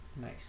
Nice